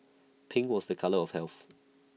pink was the colour of health